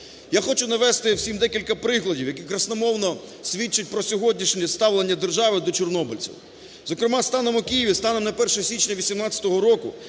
Я хочу навести всім декілька прикладів, які красномовно свідчать про сьогоднішнє ставлення держави до чорнобильців. Зокрема, станом… у Києві станом на 1 січня 18-го року